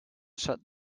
shut